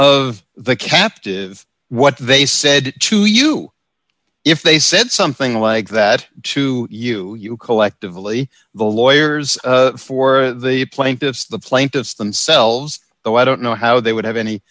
of the captive what they said to you if they said something like that to you you collectively the lawyers for the plaintiffs the plaintiffs themselves though i don't know how they would have